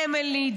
אמילי,